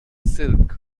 silk